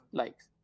likes